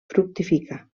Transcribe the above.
fructifica